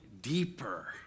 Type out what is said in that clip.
deeper